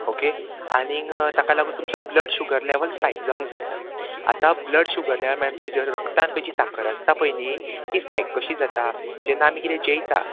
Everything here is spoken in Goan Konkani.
ओके आनीक ताका लागून तुमचो ब्लड शुगर लेवल स्पायक जावंक जायना आतां ब्लड शुगर म्हळ्यार आमचे जें रगतान पय जी साकर आसता पय न्ही ती स्पायक कशी जाता जेन्ना आमी किदें जेयता